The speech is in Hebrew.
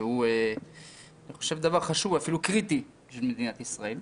שהוא דבר חשוב ואפילו קריטי בשביל מדינת ישראל.